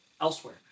elsewhere